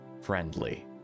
friendly